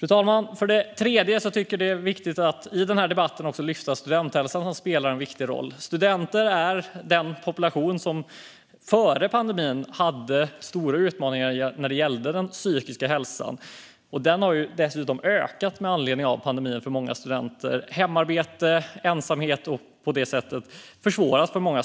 För det tredje, fru talman, tycker jag att det är viktigt att i denna debatt lyfta fram studenthälsan, som spelar en viktig roll. Studenter var den population som före pandemin hade stora utmaningar när det gäller den psykiska hälsan. Utmaningarna har dessutom ökat för många studenter med anledning av pandemin, då hemarbete och ensamhet försvårar för många.